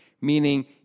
meaning